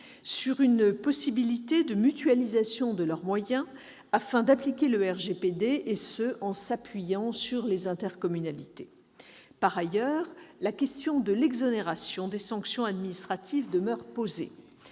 sur une possible mutualisation de leurs moyens afin d'appliquer le RGPD, et ce en s'appuyant sur les intercommunalités. Par ailleurs, la question de l'exonération des sanctions administratives demeure posée.